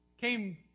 came